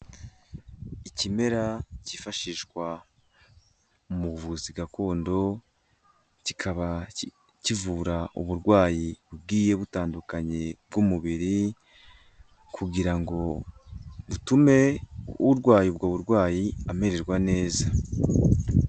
Ikimera cyifashishwa muvuzi gakondo, kikaba kivura uburwayi bugiye butandukanye bw'umubiri, kugira ngo butume urwaye ubwo burwayi amererwa neza.